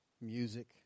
music